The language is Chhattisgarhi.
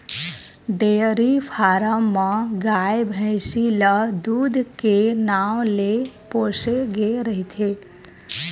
डेयरी फारम म गाय, भइसी ल दूद के नांव ले पोसे गे रहिथे